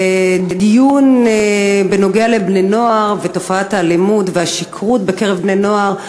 דיון על בני-נוער ותופעת האלימות והשכרות בקרב בני-נוער.